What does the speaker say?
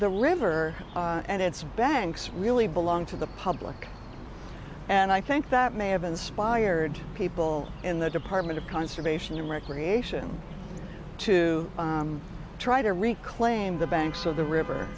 the river and its banks really belong to the public and i think that may have inspired people in the department of conservation and recreation to try to reclaim the banks of the river